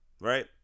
right